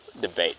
debate